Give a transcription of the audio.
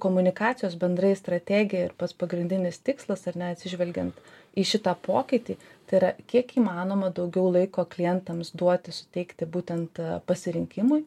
komunikacijos bendrai strategija ir pats pagrindinis tikslas ar ne atsižvelgiant į šitą pokytį tai yra kiek įmanoma daugiau laiko klientams duoti suteikti būtent pasirinkimui